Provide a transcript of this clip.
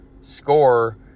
score